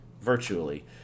virtually